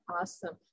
Awesome